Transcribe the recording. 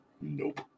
Nope